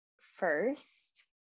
first